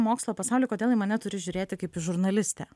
mokslo pasauly kodėl į mane turi žiūrėti kaip į žurnalistę